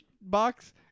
box